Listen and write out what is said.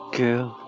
girl